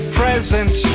present